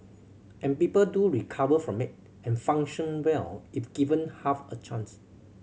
and people do recover from it and function well if given half a chance